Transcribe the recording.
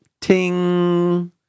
Ting